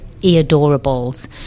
e-adorables